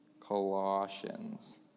Colossians